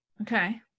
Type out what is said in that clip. Okay